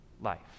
life